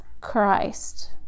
Christ